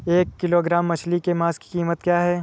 एक किलोग्राम मछली के मांस की कीमत क्या है?